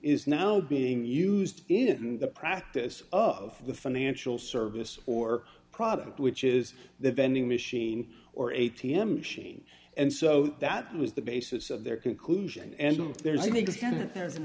is now being used in the practice of the financial service or product which is the vending machine or a t m machine and so that was the basis of their conclusion and there's an extent there's an